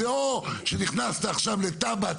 זה או שנכנסת עכשיו לתב"ע,